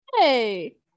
Hey